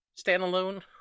standalone